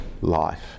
life